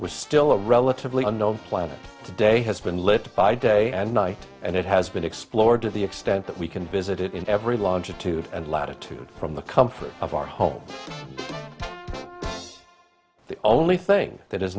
was still a relatively unknown planet today has been lit by day and night and it has been explored to the extent that we can visit it in every launch a two and latitude from the comfort of our home the only thing that has